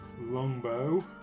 longbow